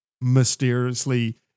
mysteriously